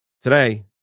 Today